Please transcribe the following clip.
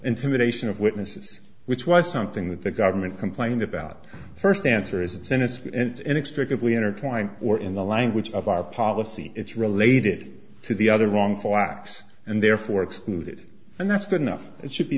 intimidation of witnesses which was something that the government complained about first answer is a sentence and inexplicably intertwined or in the language of our policy it's related to the other wrongful acts and therefore excluded and that's good enough it should be